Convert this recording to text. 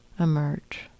emerge